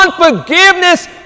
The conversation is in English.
Unforgiveness